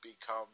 become